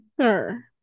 sure